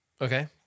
Okay